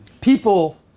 people